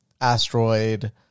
asteroid